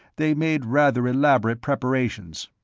they'd made rather elaborate preparations,